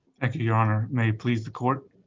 your honor, may it please the court,